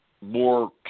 more